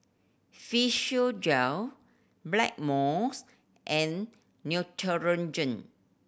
Physiogel Blackmores and Neutrogena